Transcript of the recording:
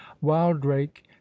wildrake